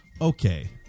okay